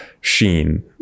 sheen